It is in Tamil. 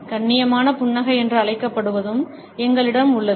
கண்ணியமான புன்னகை என்று அழைக்கப்படுவதும் எங்களிடம் உள்ளது